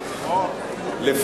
כולם היו בני.